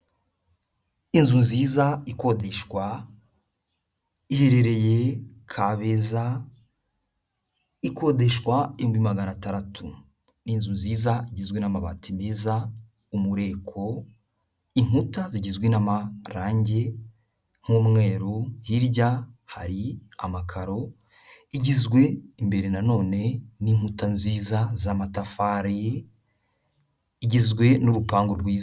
Inzu nziza ikodeshwa, iherereye Kabeza ikodeshwa ibihumbi magana taratu, ni inzu nziza igizwe n'amabati meza, umureko, inkuta zigizwe n'amarangi nk'umweru, hirya hari amakaro, igizwe imbere na none n'inkuta nziza z'amatafari, igizwe n'urupangu rwiza.